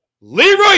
Leroy